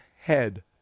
head